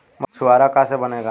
छुआरा का से बनेगा?